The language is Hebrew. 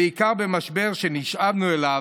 ובעיקר במשבר שנשאבנו אליו,